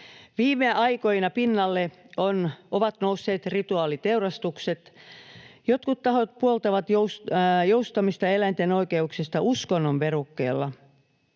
Viime aikoina pinnalle ovat nousseet rituaaliteurastukset. Jotkut tahot puoltavat joustamista eläinten oikeuksista uskonnon verukkeella.